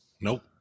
Nope